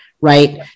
right